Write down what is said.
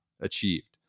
achieved